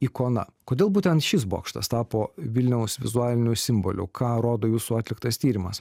ikona kodėl būtent šis bokštas tapo vilniaus vizualiniu simboliu ką rodo jūsų atliktas tyrimas